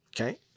Okay